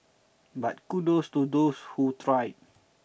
but kudos to those who tried